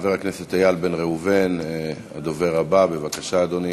חבר הכנסת איל בן ראובן, הדובר הבא, בבקשה, אדוני.